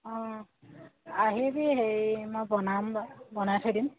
অঁ আহিবি হেৰি মই বনাম বনাই থৈ দিম